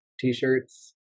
t-shirts